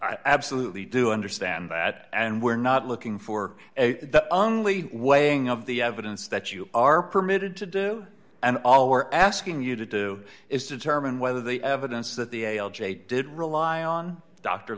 i absolutely do understand that and we're not looking for the only way ng of the evidence that you are permitted to do and all we're asking you to do is determine whether the evidence that the did rely on dr